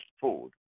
food